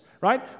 Right